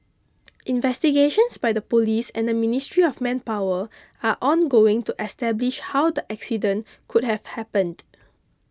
investigations by the police and the Ministry of Manpower are ongoing to establish how the accident could have happened